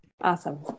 Awesome